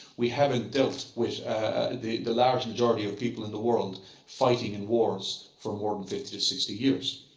we haven't dealt with the the large majority of people in the world fighting in wars for more than fifty to sixty years.